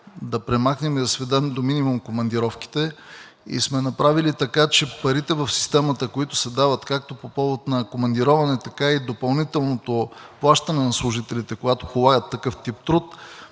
да премахнем и да сведем до минимум командировките. И сме направили така, че парите в системата, които се дават както по повод на командироване, така и допълнителното заплащане на служителите, когато полагат такъв тип труд,